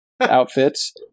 outfits